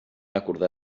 acordar